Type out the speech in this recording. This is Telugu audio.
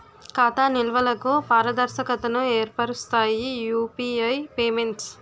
ఖాతా నిల్వలకు పారదర్శకతను ఏర్పరుస్తాయి యూపీఐ పేమెంట్స్